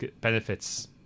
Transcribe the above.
Benefits